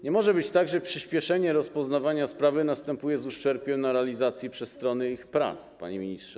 Nie może być tak, że przyspieszenie rozpoznawania sprawy następuje z uszczerbkiem na realizacji przez strony ich praw, panie ministrze.